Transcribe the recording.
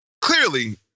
Clearly